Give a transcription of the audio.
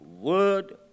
word